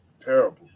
terrible